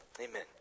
Amen